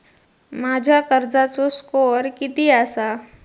माझ्या कर्जाचो स्कोअर किती आसा?